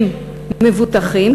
מבוטחים,